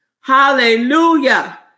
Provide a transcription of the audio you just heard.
Hallelujah